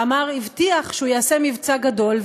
והוא הבטיח שהוא יעשה מבצע גדול,